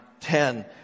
ten